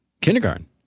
Kindergarten